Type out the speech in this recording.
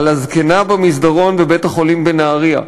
על הזקנה במסדרון בבית-החולים בנהרייה.